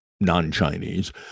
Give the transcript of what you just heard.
non-Chinese